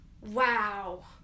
wow